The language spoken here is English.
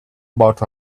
about